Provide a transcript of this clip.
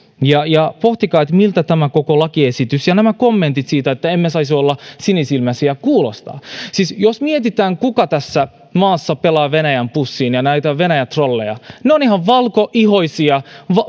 ja ja pohtikaa miltä tämä koko lakiesitys ja nämä kommentit siitä että emme saisi olla sinisilmäisiä kuulostavat jos mietitään kuka tässä maassa pelaa venäjän pussiin ja on näitä venäjän trolleja ne ovat ihan valkoihoisia